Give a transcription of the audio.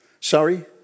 Sorry